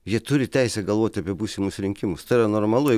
jie turi teisę galvoti apie būsimus rinkimus tai yra normalu ir